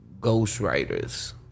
ghostwriters